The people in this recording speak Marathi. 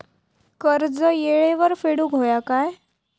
कर्ज येळेवर फेडूक होया काय?